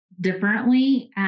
differently